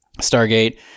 Stargate